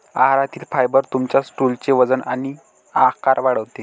आहारातील फायबर तुमच्या स्टूलचे वजन आणि आकार वाढवते